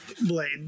blade